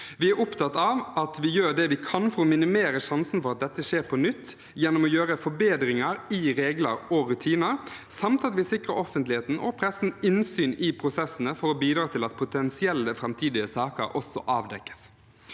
Vi er opptatt av at vi gjør det vi kan for å minimere sjansen for at dette skjer på nytt, gjennom å gjøre forbedringer i regler og rutiner, samt at vi sikrer offentligheten og pressen innsyn i prosessene for å bidra til at potensielle framtidige saker avdekkes.